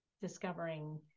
discovering